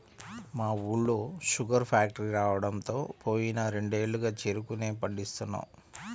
మా ఊళ్ళో sugar factory రాడంతో పోయిన రెండేళ్లుగా చెరుకునే పండిత్తన్నాం